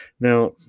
Now